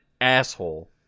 asshole